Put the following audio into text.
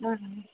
ಹಾಂ